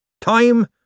Time